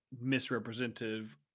misrepresentative